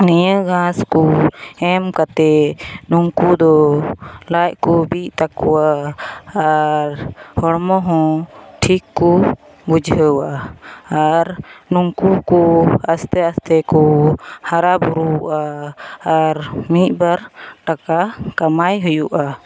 ᱱᱤᱭᱟᱹ ᱜᱷᱟᱥᱠᱚ ᱮᱢ ᱠᱟᱛᱮᱫ ᱱᱩᱝᱠᱩ ᱫᱚ ᱞᱟᱡᱠᱚ ᱵᱤᱜᱛᱟᱠᱚᱣᱟ ᱟᱨ ᱦᱚᱲᱢᱚᱦᱚᱸ ᱴᱷᱤᱠ ᱠᱚ ᱵᱩᱡᱷᱟᱹᱣᱟ ᱟᱨ ᱱᱩᱝᱠᱩᱠᱚ ᱟᱥᱛᱮ ᱟᱥᱛᱮᱠᱚ ᱦᱟᱨᱟᱵᱩᱨᱩᱜᱼᱟ ᱟᱨ ᱢᱤᱫᱵᱟᱨ ᱴᱟᱠᱟ ᱠᱟᱢᱟᱣ ᱦᱩᱭᱩᱜᱼᱟ